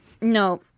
No